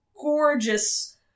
gorgeous